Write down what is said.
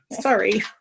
sorry